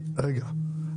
רגע.